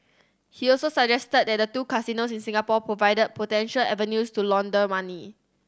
he also suggested that the two casinos in Singapore provide potential avenues to launder money